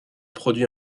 produit